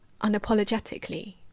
unapologetically